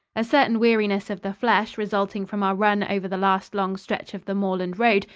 a certain weariness of the flesh, resulting from our run over the last long stretch of the moorland road,